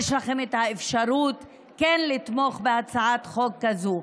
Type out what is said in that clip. יש לכם אפשרות לתמוך בהצעת חוק כזאת.